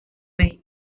may